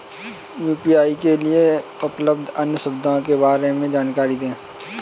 UPI के लिए उपलब्ध अन्य सुविधाओं के बारे में जानकारी दें?